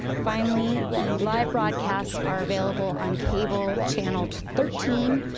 finally, the live broadcasts are available on cable, channel thirteen,